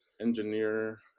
engineer